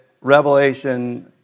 Revelation